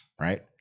Right